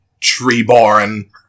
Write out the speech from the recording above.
Treeborn